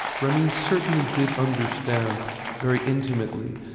ramin certainly did understand very intimately,